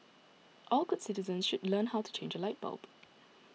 all good citizens should learn how to change a light bulb